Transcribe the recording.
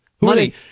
Money